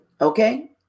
okay